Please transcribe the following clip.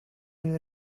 you